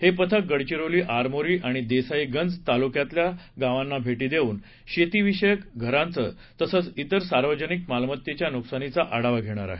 हे पथक गडचिरोली आरमोरी आणि देसाईगंज तालुक्यातील गावांना भेटी देऊन शेतीविषयक घरांचे तसेच तिर सार्वजनिक मालमत्तेच्या नुकसानीचा आढावा घेणार आहेत